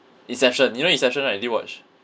inception you know inception right did you watch